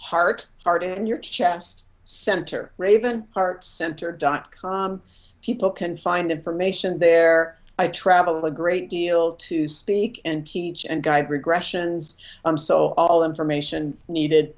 heart art and your chest center raven art center dot com people can find information there i travel a great deal to speak and teach and guide regressions so all the information needed